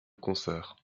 concert